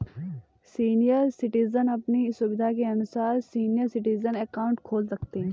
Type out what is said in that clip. senior citizen अपनी सुविधा के अनुसार सीनियर सिटीजन अकाउंट खोल सकते है